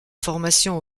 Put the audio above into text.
formation